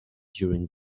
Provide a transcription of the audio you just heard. during